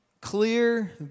clear